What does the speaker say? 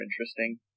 interesting